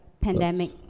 pandemic